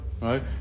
right